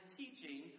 teaching